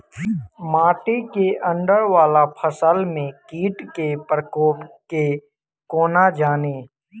माटि केँ अंदर वला फसल मे कीट केँ प्रकोप केँ कोना जानि?